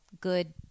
good